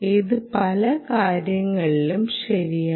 ഇത് പല കാര്യങ്ങളിലും ശരിയാണ്